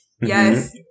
Yes